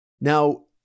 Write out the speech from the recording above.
Now